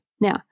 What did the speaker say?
Now